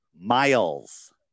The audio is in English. miles